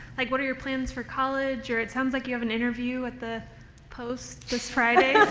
like what are your plans for college or, it sounds like you have an interview at the post this friday,